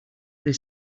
they